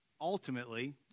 ultimately